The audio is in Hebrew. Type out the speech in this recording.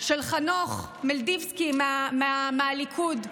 של חנוך מלביצקי מהליכוד,